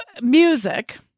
music